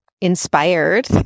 inspired